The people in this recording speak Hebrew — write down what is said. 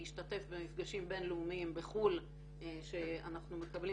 להשתתף במפגשים בין-לאומיים בחו"ל שאנחנו מקבלים